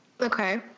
Okay